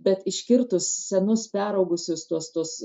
bet iškirtus senus peraugusius tuos tuos